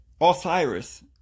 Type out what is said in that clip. Osiris